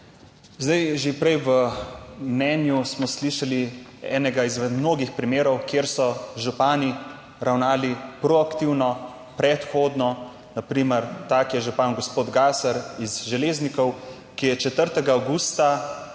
Zdaj že prej v mnenju smo slišali enega izmed mnogih primerov, kjer so župani ravnali proaktivno, predhodno na primer ta, ki je župan, gospod Gaser iz Železnikov, ki je 4. avgusta